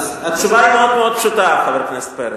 התשובה היא מאוד פשוטה, חבר הכנסת פרץ.